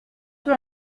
peu